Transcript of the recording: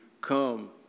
come